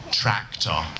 tractor